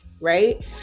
Right